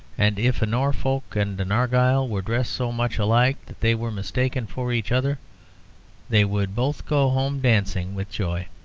and if a norfolk and an argyll were dressed so much alike that they were mistaken for each other they would both go home dancing with joy.